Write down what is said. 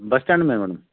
बस स्टैंड में है मैडम